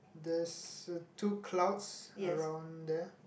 there's two clouds around there